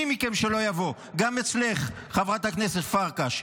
מי מכם שלא יבוא, גם אצלך, חברת הכנסת פרקש.